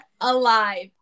alive